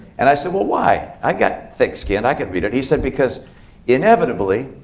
and i said, well, why? i got thick skin. i could read it. he said, because inevitably,